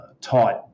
tight